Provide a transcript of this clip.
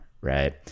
right